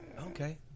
okay